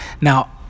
Now